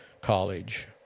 college